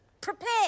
Prepare